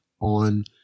on